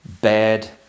Bad